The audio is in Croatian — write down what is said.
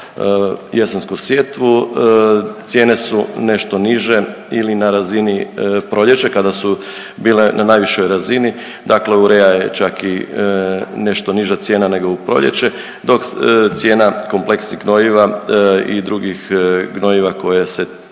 za jesensku sjetvu, cijene su nešto niže ili na razini proljeće kada su bile na najvišoj razini, dakle urea je čak i nešto niža cijena nego u proljeće dok cijena kompleksnih gnojiva i drugih gnojiva koje se